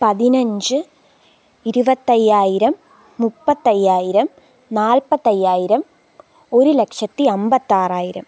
പതിനഞ്ച് ഇരുപത്തി അയ്യായിരം മുപ്പത്തി അയ്യായിരം നാൽപ്പത്തി അയ്യായിരം ഒരു ലക്ഷത്തി അന്പത്തി ആറായിരം